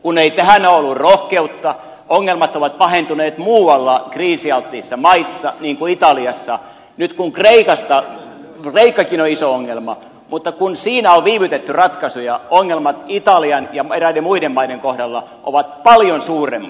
kun ei tähän ole ollut rohkeutta ongelmat ovat pahentuneet muualla kriisialttiissa maissa niin kuin italiassa nyt kun kreikkakin on iso ongelma mutta kun siinä on viivytetty ratkaisuja ongelmat italian ja eräiden muiden maiden kohdalla ovat paljon suuremmat